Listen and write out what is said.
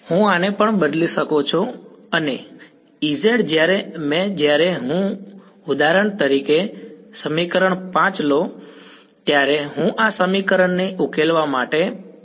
હું આને પણ બદલી શકું છું અને Ez જ્યારે મેં જ્યારે હું જ્યારે ઉદાહરણ તરીકે સમીકરણ 5 લો ત્યારે હું આ સમીકરણને ઉકેલવા માટે પહેલો અભિગમ શું કરીશ